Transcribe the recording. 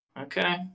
okay